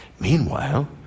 meanwhile